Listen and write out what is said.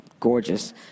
Gorgeous